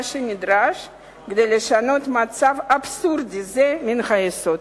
שנדרש כדי לשנות מצב אבסורדי זה מן היסוד.